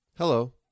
Hello